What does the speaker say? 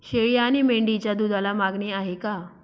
शेळी आणि मेंढीच्या दूधाला मागणी आहे का?